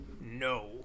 No